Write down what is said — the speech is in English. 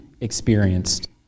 experienced